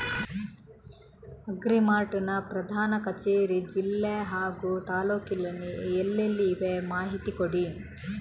Agri mart ನ ಪ್ರಧಾನ ಕಚೇರಿ ಜಿಲ್ಲೆ ಹಾಗೂ ತಾಲೂಕಿನಲ್ಲಿ ಎಲ್ಲೆಲ್ಲಿ ಇವೆ ಮಾಹಿತಿ ಕೊಡಿ?